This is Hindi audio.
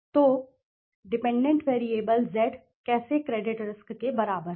तो डिपेंडेंट वेरिएबल z कैसे क्रेडिट रिस्क के बराबर है